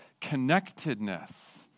connectedness